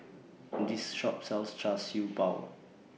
This Shop sells Char Siew Bao